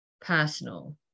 personal